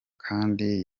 kandi